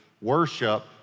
Worship